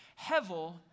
Hevel